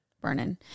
burning